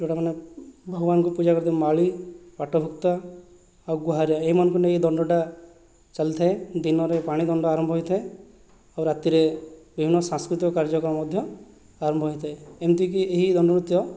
ଯେଉଁଟାମାନେ ଭଗବାନଙ୍କୁ ପୂଜା କରିଥା ମାଳି ପାଟଭୁକ୍ତା ଆଉ ଗୁହାରିଆ ଏହିମାନଙ୍କୁ ନେଇ ଦଣ୍ଡଟା ଚାଲିଥାଏ ଦିନରେ ପାଣି ଦଣ୍ଡ ଆରମ୍ଭ ହୋଇଥାଏ ଆଉ ରାତିରେ ବିଭିନ୍ନ ସାଂସ୍କୃତିକ କାର୍ଯ୍ୟକ୍ରମ ମଧ୍ୟ ଆରମ୍ଭ ହୋଇଥାଏ ଏମିତି କି ଏହି ଦଣ୍ଡନୃତ୍ୟ